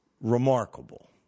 remarkable